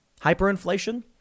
Hyperinflation